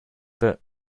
but